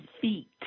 feet